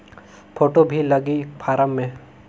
Photo भी लगी form मे?